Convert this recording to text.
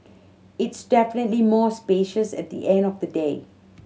it's definitely more spacious at the end of the day